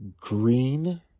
green